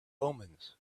omens